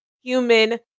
human